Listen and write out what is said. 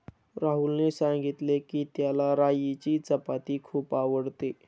राहुलने सांगितले की, त्याला राईची चपाती खूप आवडते